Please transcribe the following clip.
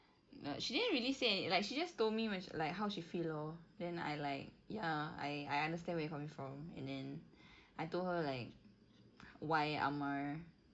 no she didn't really say anyth~ like she just told me wha~ like how she feel lor then I like ya I I understand where you're coming from and then I told her like why amar